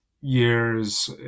years